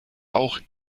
auch